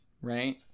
right